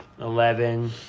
eleven